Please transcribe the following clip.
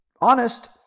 honest